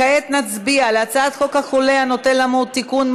כעת נצביע על הצעת חוק החולה הנוטה למות (תיקון,